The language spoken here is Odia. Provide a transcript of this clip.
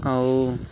ଆଉ